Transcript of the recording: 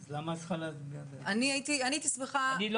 אני לא